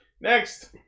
Next